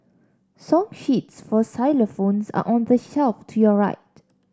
song sheets for xylophones are on the shelf to your right